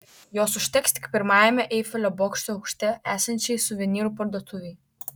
jos užteks tik pirmajame eifelio bokšto aukšte esančiai suvenyrų parduotuvei